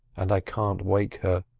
and i can't wake her